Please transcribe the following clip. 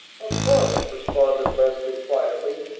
of course, responded leslie quietly.